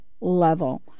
level